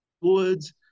woods